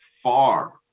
far